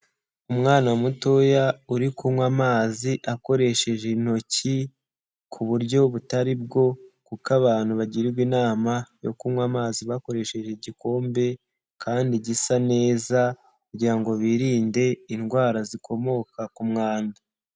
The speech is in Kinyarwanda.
Umwana mutoya uri kunywa amazi akoresheje intoki ku buryo butari bwo kuko abantu bagirwa inama yo kunywa amazi bakoresheje igikombe kandi gisa neza kugira ngo birinde indwara zikomoka ku mwanda.